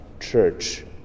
church